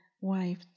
wife